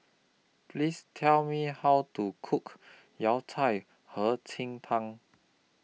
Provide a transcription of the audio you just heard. Please Tell Me How to Cook Yao Cai Hei Qing Tang